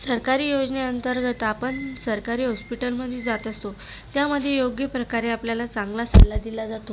सरकारी योजने अंतर्गत आपण सरकारी हॉस्पिटलमध्ये जात असतो त्यामध्ये योग्य प्रकारे आपल्याला चांगला सल्ला दिला जातो